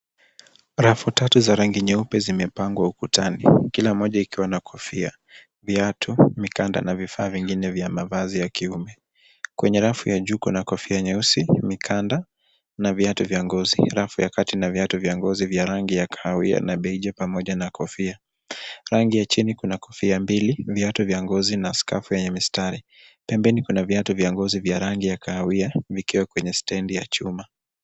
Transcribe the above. Rafu tatu za rangi nyeupe zimepangwa ukutani kila moja ikiwa na kofia ,viatu, mikanda na vifaa vingine vya mavazi ya kiume. Kwenye rafu ya juu kuna kofia nyeusi, mikanda na viatu vya ngozi. Rafu ya kati na viatu vya ngozi ya kahawia na rangi ya beiji pamoja na kofia. Rangi ya chini kuna kofia mbili viatu vya ngozi na skafu yenye mistari. Pembeni vya ngozi vya rangi ya kahawia vikiwa kwenye stendi ya chuma.